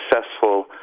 successful